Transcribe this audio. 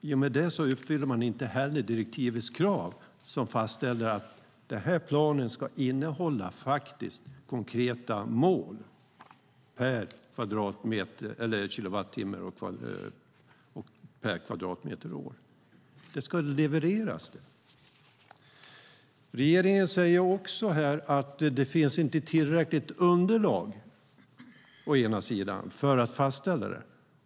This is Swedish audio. I och med det uppfyller man inte direktivets krav som fastställer att den här planen ska innehålla konkreta mål vad gäller kilowattimmar per kvadratmeter och år. Regeringen säger också att det å ena sidan inte finns tillräckligt underlag för att fastställa det.